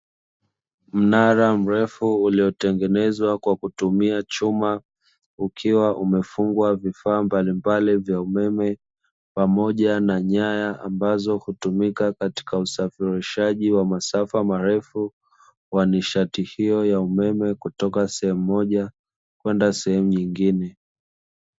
Mnara mrefu uliotengezwa kwa kutumia chuma ukiwa umefungwa vifaa mbalimbali vya umeme, pamoja na nyaya ambazo hutumika katika usafirishaji wa masafa marefu wa nishati hiyo ya umeme; kutoka sehemu moja kwenda sehemu nyingine.